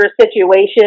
situation